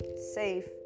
safe